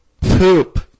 Poop